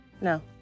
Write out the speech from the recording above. No